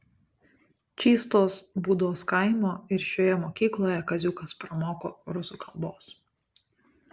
čystos būdos kaimo ir šioje mokykloje kaziukas pramoko rusų kalbos